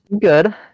Good